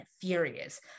furious